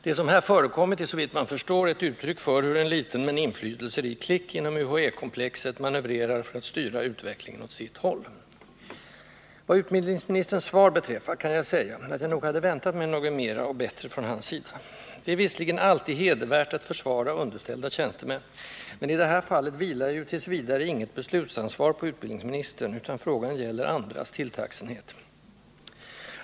Det som här förekommit är, såvitt man förstår, ett uttryck för hur en liten men inflytelserik klick inom UHÄ-komplexet manövrerar för att styra utvecklingen åt sitt håll. Vad utbildningsministerns svar beträffar, kan jag säga att jag nog hade väntat mig något mer och bättre från hans sida. Det är visserligen alltid hedervärt att försvara underställda tjänstemän, men i det här fallet vilar ju t. v. inget beslutsansvar på utbildningsministern, utan frågan gäller andras tilltagsenhet.